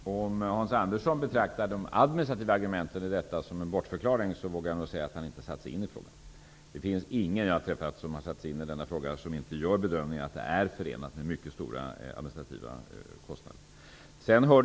Fru talman! Om Hans Andersson betraktar de administrativa argumenten som en bortförklaring, vågar jag nog säga att han inte har satt sig in i frågan. Det finns ingen som jag har träffat, som har satt sig in i den här frågan, som inte gör bedömningen att det är förenat med mycket stora administrativa kostnader.